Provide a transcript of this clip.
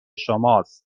شماست